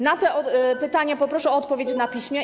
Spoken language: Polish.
Na te pytania poproszę o odpowiedzi na piśmie.